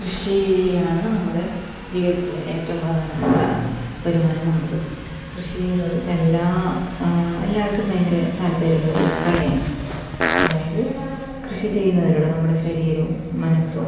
കൃഷിയാണ് നമ്മുടെ ജീവിതത്തിലെ ഏറ്റവും പ്രധാനപ്പെട്ട വരുമാന മാർഗ്ഗം കൃഷി ചെയ്യുന്നത് എല്ലാ എല്ലാവർക്കും ഭയങ്കര താല്പര്യമുള്ളൊരു കാര്യമാണ് അതായത് കൃഷി ചെയ്യുന്നതിലൂടെ നമ്മുടെ ശരീരവും മനസ്സും